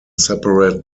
separate